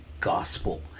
gospel